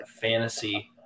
fantasy